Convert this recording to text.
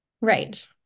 Right